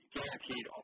Guaranteed